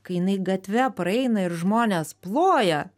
kai jinai gatve praeina ir žmonės ploja